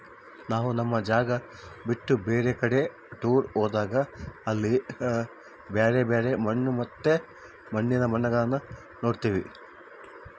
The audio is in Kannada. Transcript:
ನಾವು ನಮ್ಮ ಜಾಗ ಬಿಟ್ಟು ಬೇರೆ ಕಡಿಗೆ ಟೂರ್ ಹೋದಾಗ ಅಲ್ಲಿ ಬ್ಯರೆ ಬ್ಯರೆ ಮಣ್ಣು ಮತ್ತೆ ಮಣ್ಣಿನ ಬಣ್ಣಗಳನ್ನ ನೋಡ್ತವಿ